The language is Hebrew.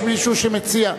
שמציע,